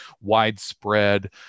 widespread